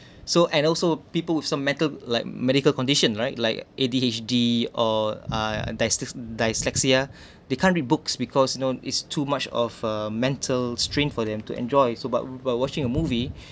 so and also people with some mental like medical condition right like A_D_H_D or uh dyslexia they can't read books because you know is too much of uh mental strain for them to enjoy so but by watching a movie